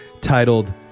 titled